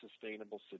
sustainable